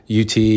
UT